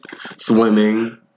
Swimming